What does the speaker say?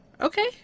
Okay